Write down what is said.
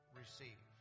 receive